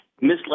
Miss